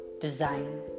design